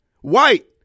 White